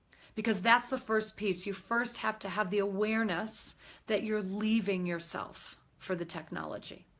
because that's the first piece. you first have to have the awareness that you're leaving yourself for the technology.